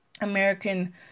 American